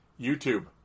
YouTube